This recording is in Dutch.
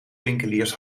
winkeliers